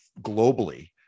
globally